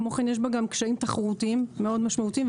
כמו כן יש בה גם קשיים תחרותיים משמעותיים מאוד.